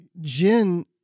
Jin